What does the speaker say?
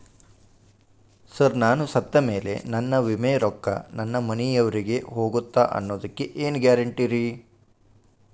Sir ನಾನು ಸತ್ತಮೇಲೆ ನನ್ನ ವಿಮೆ ರೊಕ್ಕಾ ನನ್ನ ಮನೆಯವರಿಗಿ ಹೋಗುತ್ತಾ ಅನ್ನೊದಕ್ಕೆ ಏನ್ ಗ್ಯಾರಂಟಿ ರೇ?